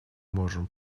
можем